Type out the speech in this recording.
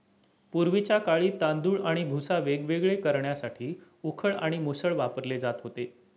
पूर्वीच्या काळी तांदूळ आणि भुसा वेगवेगळे करण्यासाठी उखळ आणि मुसळ वापरले जात होते